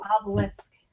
obelisk